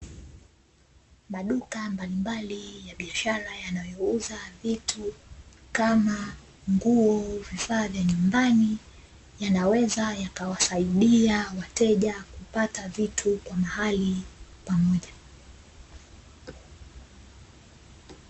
Maduka mbalimbali ya biashara yanayouza vitu kama nguo, vifaa vya nyumbani yanaweza yakawasaidia wateja kupata vitu kwa mahali pamoja.